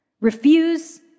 Refuse